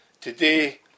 Today